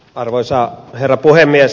arvoisa herra puhemies